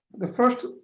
the first